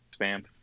spam